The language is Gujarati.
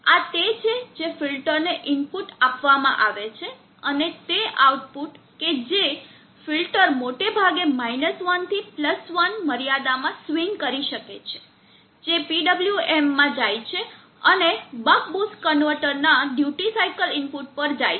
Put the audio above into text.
આ તે છે જે ફિલ્ટરને ઇનપુટ આપવામાં આવે છે અને તે આઉટપુટ કે જે ફિલ્ટર મોટાભાગે 1 થી 1 મર્યાદા માં સ્વિંગ કરી શકે છે જે PWM માં જાય છે અને બક બૂસ્ટ કન્વર્ટર ના ડ્યુટી સાઇકલ ઇનપુટ પર જાય છે